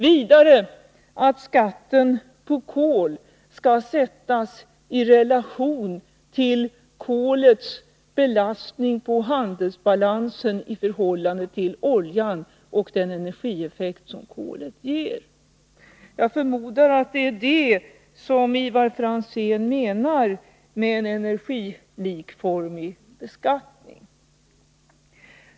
Vidare skall skatten på kol sättas i relation till kolets belastning på handelsbalansen i förhållande till oljan och till den energieffekt som kolet ger. Jag förmodar att det är det som Ivar Franzén menar med en energilikformig beskattning.